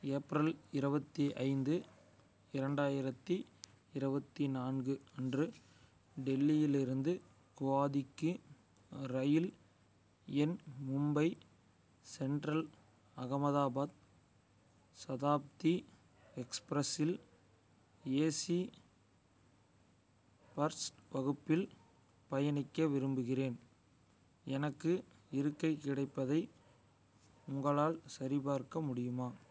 April இருபத்தி ஐந்து இரண்டாயிரத்தி இருபத்தி நான்கு அன்று டெல்லியிலிருந்து குவாதிக்கு ரயில் எண் மும்பை சென்ட்ரல் அகமதாபாத் சதாப்தி எக்ஸ்பிரஸில் ஏசி பர்ஸ்ட் வகுப்பில் பயணிக்க விரும்புகிறேன் எனக்கு இருக்கை கிடைப்பதை உங்களால் சரிபார்க்க முடியுமா